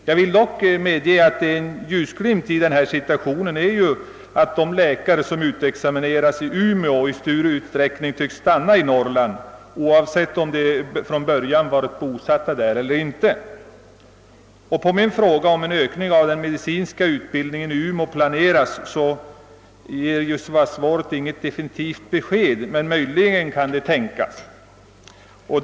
Jag vill dock medge att en ljusglimt i denna mörka situation är att de läkare som utexamineras i Umeå i stor utsträckning tycks stanna i Norrland oavsett om de från början varit bosatta där eller inte. På min fråga, om en ökning av den medicinska utbildningen i Umeå planeras, lämnas i svaret inget definitivt besked, men statsrådet säger att detta möjligen kan tänkas.